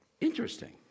Interesting